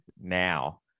now